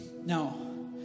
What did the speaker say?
Now